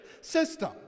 system